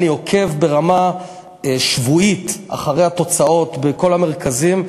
אני עוקב ברמה שבועית אחרי התוצאות בכל המרכזים.